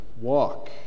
walk